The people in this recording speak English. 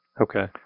Okay